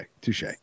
touche